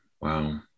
wow